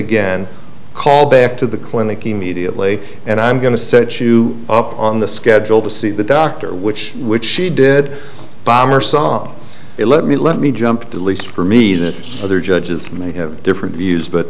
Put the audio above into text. again call back to the clinic immediately and i'm going to set you up on the schedule to see the doctor which which she did bomber song let me let me jump to the least for me the other judges may have different views but